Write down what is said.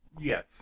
Yes